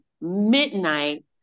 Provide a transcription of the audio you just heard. midnight